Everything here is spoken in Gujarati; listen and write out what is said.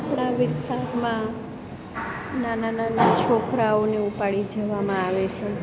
આપણા વિસ્તારમાં નાનાં નાનાં છોકરાઓને ઉપાડી જવામાં આવે છે